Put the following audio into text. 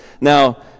Now